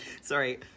Sorry